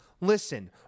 listen